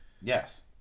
Yes